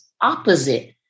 opposite